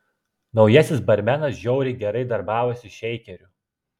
naujasis barmenas žiauriai gerai darbavosi šeikeriu